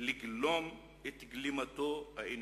לגלום את גלימתו האנושית,